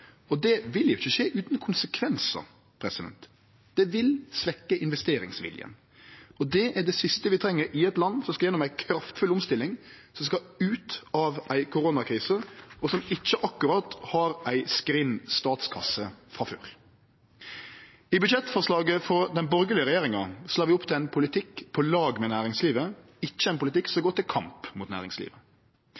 Det vil ikkje skje utan konsekvensar. Det vil svekkje investeringsviljen, og det er det siste vi treng i eit land som skal gjennom ei kraftfull omstilling, som skal ut av ei koronakrise, og som ikkje akkurat har ei skrinn statskasse frå før. I budsjettforslaget frå den borgarlege regjeringa la vi opp til ein politikk på lag med næringslivet, ikkje ein politikk som